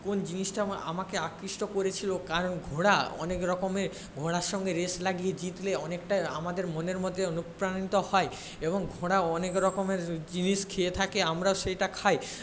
কোন জিনিসটা আমা আমাকে আকৃষ্ট করেছিল কারণ ঘোড়া অনেক রকমের ঘোড়ার সঙ্গে রেস লাগিয়ে জিতলে অনেকটাই আমাদের মনের মধ্যে অনুপ্রাণিত হয় এবং ঘোড়া অনেক রকমের জিনিস খেয়ে থাকে আমরা সেইটা খাই